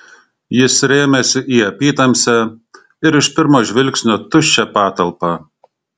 jis rėmėsi į apytamsę ir iš pirmo žvilgsnio tuščią patalpą